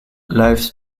lifes